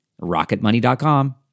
Rocketmoney.com